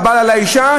או הבעל על האישה,